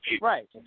Right